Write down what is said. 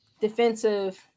defensive